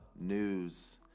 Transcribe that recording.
news